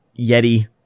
Yeti